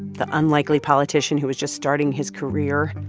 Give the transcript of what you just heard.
the unlikely politician who was just starting his career.